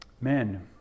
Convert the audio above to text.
Men